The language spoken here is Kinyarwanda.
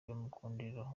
bamukundira